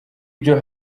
byo